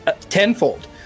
tenfold